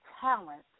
talent